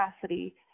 capacity